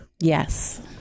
Yes